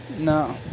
no